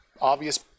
obvious